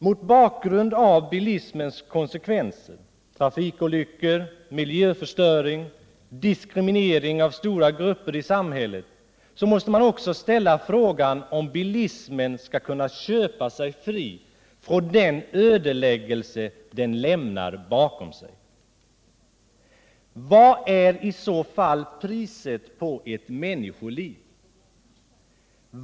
Mot bakgrund av bilismens konsekvenser — trafikolyckor, miljöförstöring och diskriminering av stora grupper i samhället — måste man också ställa frågan om bilismen skall kunna köpa sig fri från den ödeläggelse den lämnar bakom sig. Vad är i så fall priset på ett människoliv?